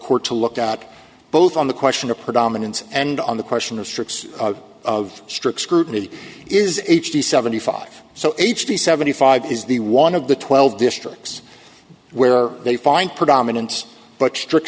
court to look at both on the question of predominance and on the question of strokes of strict scrutiny is h d seventy five so h d seventy five is the one of the twelve districts where they find predominance but strict